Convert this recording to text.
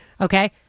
okay